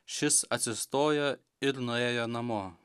šis atsistojo ir nuėjo namo